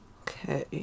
okay